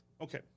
Okay